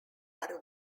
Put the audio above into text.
are